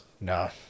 No